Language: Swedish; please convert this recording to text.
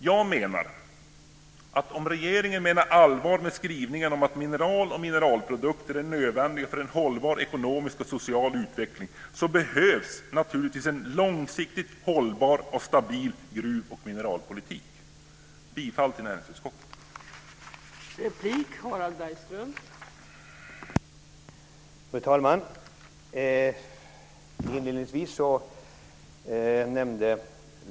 Jag menar att om regeringen menar allvar med skrivningen om att mineraler och mineralprodukter är nödvändiga för en hållbar ekonomisk och social utveckling, behövs naturligtvis en långsiktigt hållbar och stabil gruv och mineralpolitik. Jag yrkar bifall till näringsutskottets förslag.